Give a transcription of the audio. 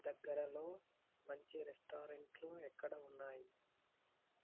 దగ్గరలో మంచి రెస్టారెంట్లు ఎక్కడ ఉన్నాయి